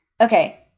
okay